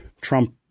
Trump